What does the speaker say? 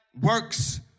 works